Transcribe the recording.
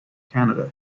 canada